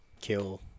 kill